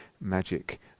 magic